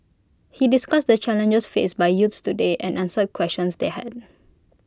he discussed the challenges faced by youths today and answered questions they had